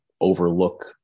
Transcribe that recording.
overlook